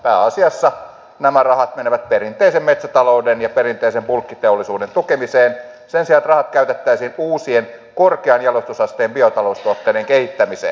pääasiassa nämä rahat menevät perinteisen metsätalouden ja perinteisen bulkkiteollisuuden tukemiseen sen sijaan että rahat käytettäisiin uusien korkean jalostusasteen biotaloustuotteiden kehittämiseen